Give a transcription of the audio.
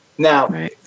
Now